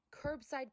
Curbside